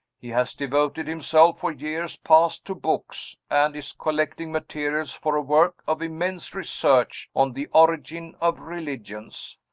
he has devoted himself for years past to books, and is collecting materials for a work of immense research, on the origin of religions.